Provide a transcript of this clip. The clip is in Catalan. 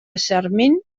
sarment